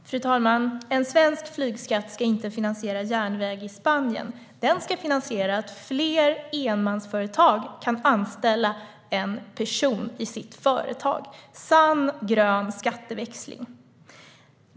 Fru talman! En svensk flygskatt ska inte finansiera järnväg i Spanien. Den ska finansiera att fler enmansföretag kan anställa en person i sitt företag. Det är sann grön skatteväxling.